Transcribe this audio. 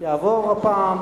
הזה יעבור הפעם,